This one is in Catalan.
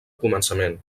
començament